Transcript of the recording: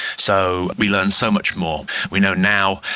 so we learn so much more. we know now,